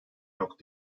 yok